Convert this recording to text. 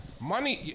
Money